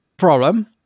problem